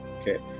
Okay